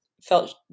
felt